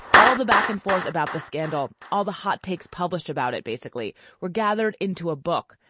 all the back and forth about the scandal, all the hot takes published about it basically were gathered into a book.